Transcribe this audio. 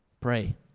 Pray